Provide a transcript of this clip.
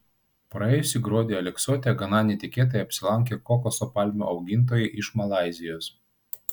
praėjusį gruodį aleksote gana netikėtai apsilankė kokoso palmių augintojai iš malaizijos